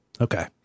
Okay